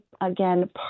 again